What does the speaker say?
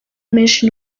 menshi